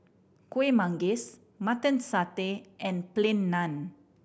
Kuih Manggis Mutton Satay and Plain Naan